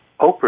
Oprah